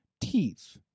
teeth